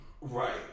Right